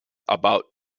about